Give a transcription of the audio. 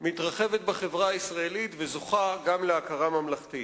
מתרחבת בחברה הישראלית וזוכה גם להכרה ממלכתית.